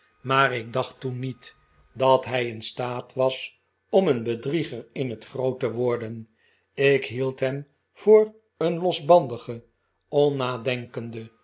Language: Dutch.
maar ik dacht toen niet dat hij in staat was om een bedrieger in het groot te worden ik meld hem voor een losbandigen onnadenkenden